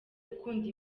ukunda